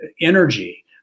energy